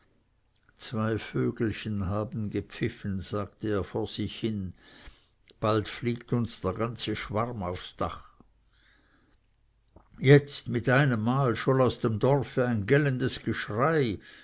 zwei vögelchen haben gepfiffen sagte er vor sich hin bald fliegt uns der ganze schwarm aufs dach jetzt mit einem male scholl aus dem dorfe ein gellendes geschrei